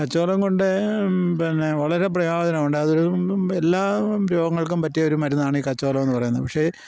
കച്ചോലം കൊണ്ട് പിന്നെ വളരെ പ്രയോജനമുണ്ട് അതൊരു എല്ലാ രോഗങ്ങൾക്കും പറ്റിയ ഒരു മരുന്നാണ് ഈ കച്ചോലം എന്ന് പറയുന്നത് പക്ഷേ